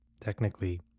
Technically